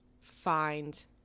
find